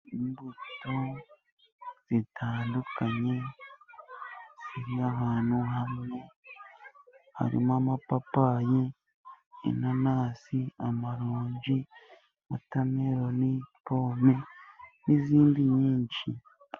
Imbuto zitandukanye z'ahantu hamwe, harimo amapapayi, inanasi, amaronji na wotameloni, pome n'izindi nyinshi.